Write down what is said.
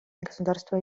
государство